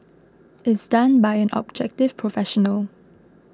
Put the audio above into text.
is done by an objective professional